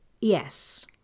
Yes